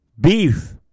beef